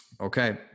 Okay